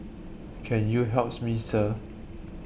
can you helps me Sir